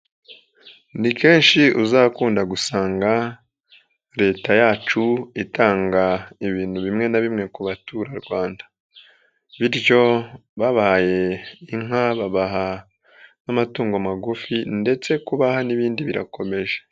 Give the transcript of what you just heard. Ni kenshi uzakunda gusanga Leta yacu itanga ibintu bimwe na bimwe ku baturarwanda, bityo babahaye inka babaha n'amatungo magufi ndetse kubaha n'ibindi birakomeje.